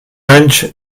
anys